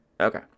okay